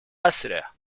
أسرِع